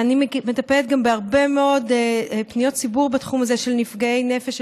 ואני מטפלת גם בהרבה מאוד פניות ציבור בתחום הזה של נפגעי נפש,